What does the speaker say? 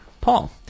Paul